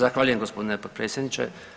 Zahvaljujem gospodine potpredsjedniče.